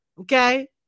Okay